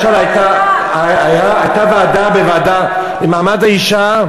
אתמול, למשל, הייתה ישיבה של הוועדה למעמד האישה,